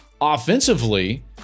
Offensively